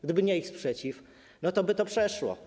Gdyby nie ich sprzeciw, to by to przeszło.